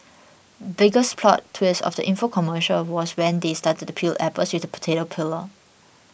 biggest plot twist of the info commercial was when they started to peel apples with the potato peeler